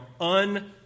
un